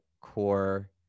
core